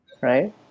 right